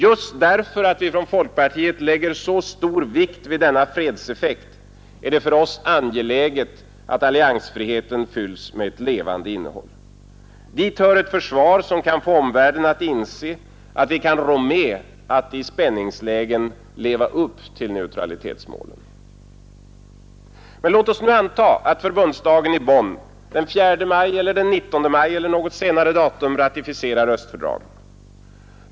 Just därför att vi från folkpartiet lägger så stor vikt vid denna fredseffekt är det för oss angeläget att alliansfriheten fylls med ett levande innehåll. Dit hör ett försvar som kan få omvärlden att inse att vi kan rå med att i spänningslägen leva upp till neutralitetsmålen. Låt oss nu anta att förbundsdagen i Bonn den 4 maj, den 19 maj eller något senare datum ratificerar östfördragen.